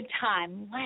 time